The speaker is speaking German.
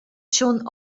schon